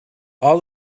all